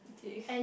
okay